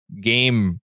game